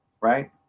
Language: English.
Right